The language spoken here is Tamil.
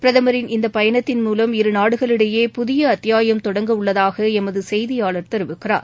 பிரதமரின் இந்தபயணத்தின் மூலம் இருநாடுகளிடையே புதியஅத்தியாயம் தொடங்க உள்ளதாகளமதுசெய்தியாளர் தெரவிக்கிறார்